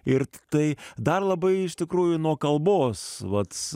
ir tai dar labai iš tikrųjų nuo kalbos vat